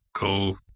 go